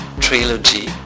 trilogy